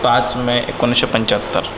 पाच मे एकोणीसशे पंचाहत्तर